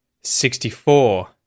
sixty-four